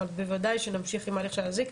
אבל בוודאי שנמשיך עם ההליך של האזיק.